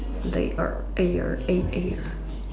later